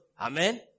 Amen